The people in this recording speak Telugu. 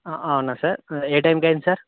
అవునా సార్ ఏ టైంకి అయింది సార్